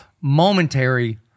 Momentary